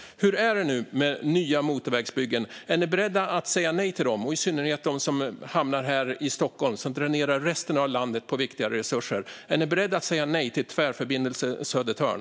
Hur är det med nya motorvägsbyggen, Thomas Morell? Är ni beredda att säga nej till dem, i synnerhet dem som hamnar här i Stockholm och som dränerar resten av landet på viktiga resurser? Är ni beredda att säga nej till Tvärförbindelse Södertörn?